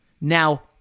now